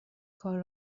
کار